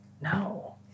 no